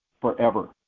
forever